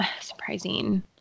Surprising